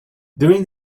during